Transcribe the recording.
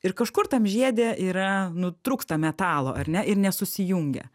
ir kažkur tam žiede yra nu trūksta metalo ar ne ir nesusijungia